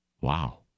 Wow